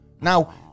Now